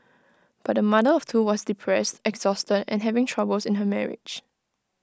but the mother of two was depressed exhausted and having troubles in her marriage